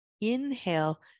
Inhale